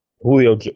Julio –